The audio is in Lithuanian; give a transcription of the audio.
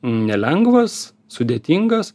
nelengvas sudėtingas